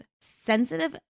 sensitive